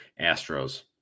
Astros